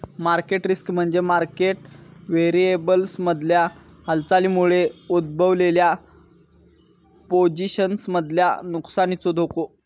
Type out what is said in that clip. market risk म्हणजे market व्हेरिएबल्समधल्या हालचालींमुळे उद्भवलेल्या पोझिशन्समधल्या नुकसानीचो धोको